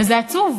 וזה עצוב.